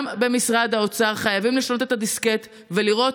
גם במשרד האוצר חייבים לשנות את הדיסקט ולראות